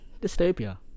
Dystopia